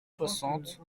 soixante